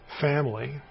family